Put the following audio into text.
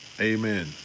amen